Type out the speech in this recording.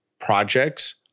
projects